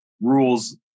rules